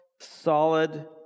solid